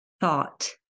thought